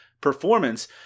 performance